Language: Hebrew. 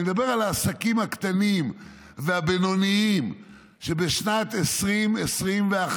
אני מדבר על העסקים הקטנים והבינוניים שבשנת 2021,